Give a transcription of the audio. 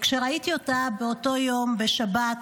וכשראיתי אותה באותו יום בשבת,